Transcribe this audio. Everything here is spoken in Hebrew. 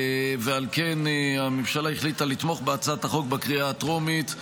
ועל כן הממשלה החליטה לתמוך בהצעת החוק בקריאה הטרומית.